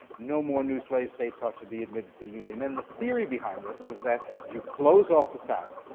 no more new slave states are to be admitted to the union. and the theory behind this was that if you close off the south,